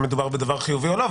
מדובר בדבר חיובי או לא,